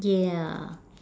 yeah